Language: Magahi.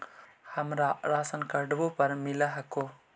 हमरा राशनकार्डवो पर मिल हको?